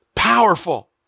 Powerful